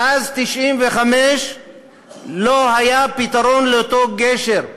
מאז 1995 לא היה פתרון לאותו גשר.